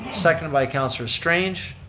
seconded by councilor strange.